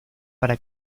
para